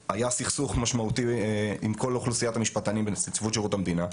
היה סכסוך משמעותי עם כל אוכלוסיית המשפטנים בנציבות שירות המדינה.